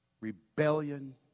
rebellion